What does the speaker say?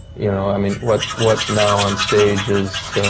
you know, i mean, what. what now on stage is.